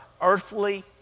earthly